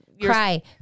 Cry